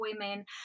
women